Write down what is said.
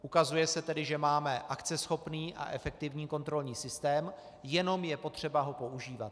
Ukazuje se tedy, že máme akceschopný a efektivní kontrolní systém, jenom je potřeba ho používat.